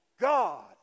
God